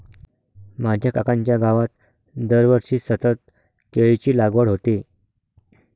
माझ्या काकांच्या गावात दरवर्षी सतत केळीची लागवड होते